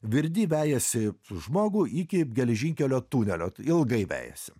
virdi vejasi žmogų iki geležinkelio tunelio ilgai vejasi